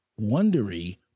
Wondery